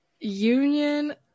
Union